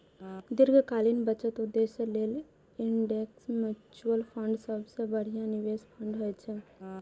दीर्घकालीन बचत उद्देश्य लेल इंडेक्स म्यूचुअल फंड सबसं बढ़िया निवेश फंड होइ छै